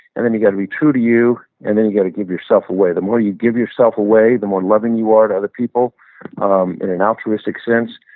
and then, you got to be true to you and then, you got to give yourself away. the more you give yourself away, the more loving you are to other people um in an altruistic sense,